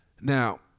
Now